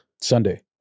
Sunday